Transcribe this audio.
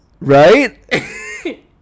Right